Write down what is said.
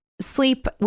sleep